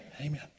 amen